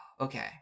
Okay